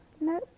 no